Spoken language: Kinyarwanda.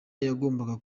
yagombaga